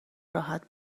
راحت